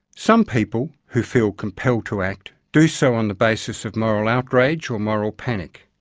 some people, who feel compelled to act, do so on the basis of moral outrage or moral panic.